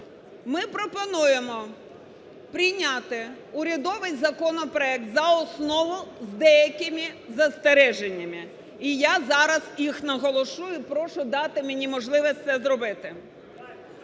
ми пропонуємо прийняти урядовий законопроект за основу з деякими застереженнями. І я зараз їх наголошу, і прошу дати мені можливість це зробити: